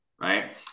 right